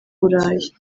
burayi